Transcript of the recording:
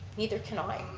neither can i.